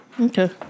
Okay